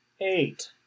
eight